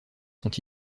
sont